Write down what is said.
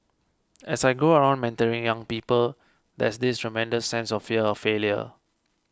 as I go around mentoring young people there's this tremendous sense of fear of failure